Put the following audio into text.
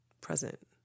present